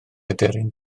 aderyn